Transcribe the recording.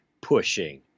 pushing